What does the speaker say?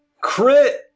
Crit